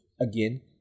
again